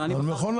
לא, על המכולה.